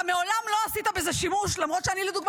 אתה מעולם לא עשית בזה שימוש למרות שאני לדוגמה